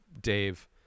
Dave